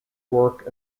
work